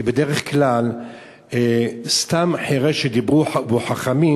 כי בדרך כלל סתם חירש שדיברו בו חכמים,